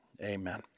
Amen